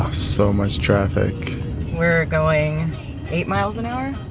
so much traffic we're going eight miles an hour?